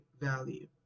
value